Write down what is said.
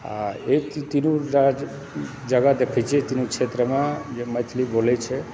आ तीनू राज्य जगह देखय छियै तीनू क्षेत्रमऽ जे मैथिली बोलैत छै